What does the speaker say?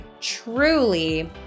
truly